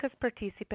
participants